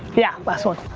yeah, last one.